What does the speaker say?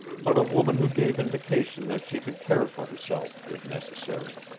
but a woman who gave indication that she could care for herself if necessary.